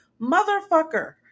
Motherfucker